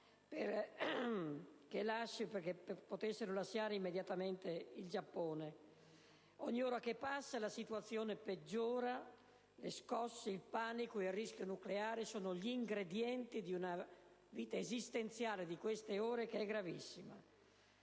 perché potessero lasciare immediatamente il Giappone. Ogni ora che passa la situazione peggiora: le scosse, il panico e il rischio nucleare sono gli ingredienti di una dimensione esistenziale di vita di queste ore che è gravissima.